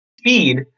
Speed